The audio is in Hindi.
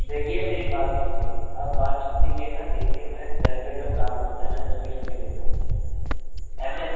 देखिये मेरी बात सुनिए अब बात छुट्टी की है ना देखिए मैं घर पे जब काम होता है मैं तब भी छुट्टी लेता हूँ ऐसे न